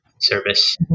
service